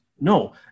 No